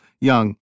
Young